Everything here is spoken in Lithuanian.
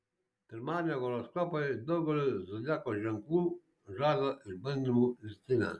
pirmadienio horoskopai daugeliui zodiako ženklų žada išbandymų virtinę